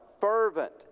fervent